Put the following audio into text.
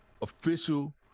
Official